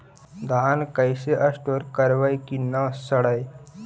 धान कैसे स्टोर करवई कि न सड़ै?